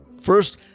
First